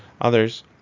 others